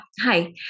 Hi